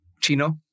Chino